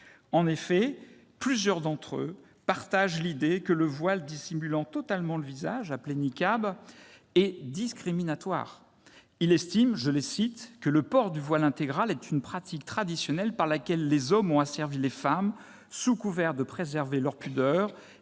En effet, plusieurs d'entre eux partagent l'idée que le voile dissimulant totalement le visage, appelé niqab, est « discriminatoire ». Ils estiment que « le port du voile intégral est une pratique traditionnelle par laquelle les hommes ont asservi les femmes sous couvert de préserver leur " pudeur